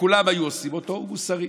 וכולם היו עושים אותו, הוא מוסרי.